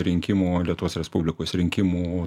rinkimų lietuvos respublikos rinkimų